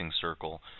circle